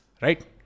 Right